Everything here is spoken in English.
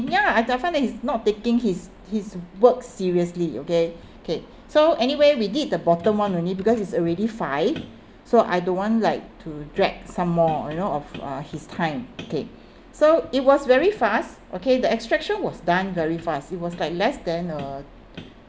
ya I find that he's not taking his his work seriously okay okay so anyway we did the bottom one only because it's already five so I don't want like to drag some more you know of uh his time okay so it was very fast okay the extraction was done very fast it was like less than a